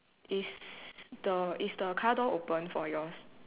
is the is the car door open for yours